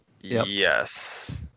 Yes